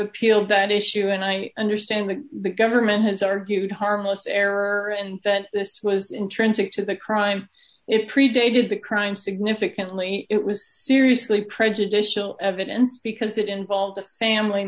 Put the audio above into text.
appealed that issue and i understand the big government has argued harmless error and that this was intrinsic to the crime it predated the crime significantly it was seriously prejudicial evidence because it involved a family